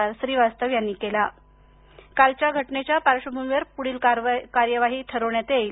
स्पष्ट केलं श्रीवास्तव यांनी केलाकालच्या घटनेच्या पार्श्वभूमीवर पुढील कार्यवाही ठरवण्यात येईल